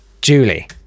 julie